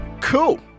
Cool